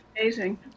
amazing